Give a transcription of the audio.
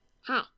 Hi